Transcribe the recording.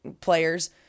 players